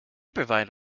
provide